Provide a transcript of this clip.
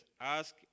ask